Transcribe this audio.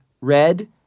red